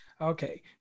Okay